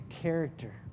character